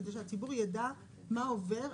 כדי שהציבור ידע מה עובר?